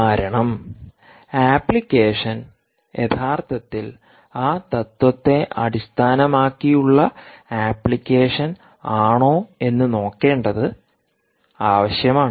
കാരണംആപ്ലിക്കേഷൻ യഥാർത്ഥത്തിൽ ആ തത്ത്വത്തെ അടിസ്ഥാനമാക്കിയുള്ള ആപ്ലിക്കേഷൻ ആണോ എന്ന് നോക്കേണ്ടത് ആവശ്യമാണ്